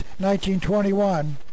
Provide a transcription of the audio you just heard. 1921